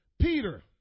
Peter